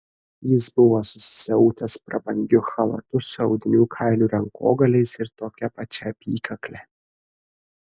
jis buvo susisiautęs prabangiu chalatu su audinių kailių rankogaliais ir tokia pačia apykakle